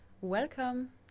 Welcome